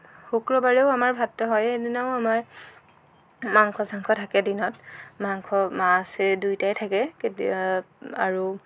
শুক্ৰবাৰেও আমাৰ ভাতটো হয় সেইদিনাও আমাৰ মাংস চাংস থাকে দিনত মাংস মাছ এই দুইটাই থাকে আৰু